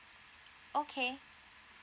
okay